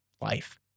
life